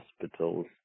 hospitals